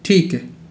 ठीक है